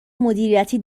مدیریتی